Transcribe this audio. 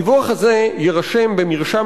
הדיווח הזה יירשם במרשם